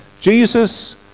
Jesus